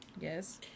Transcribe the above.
Yes